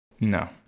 No